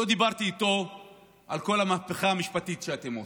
לא דיברתי איתו על כל המהפכה המשפטית שאתם עושים,